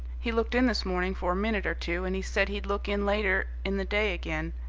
he looked in this morning for a minute or two, and he said he'd look in later in the day again.